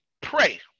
pray